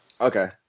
Okay